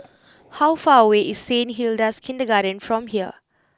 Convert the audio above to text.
how far away is Saint Hilda's Kindergarten from here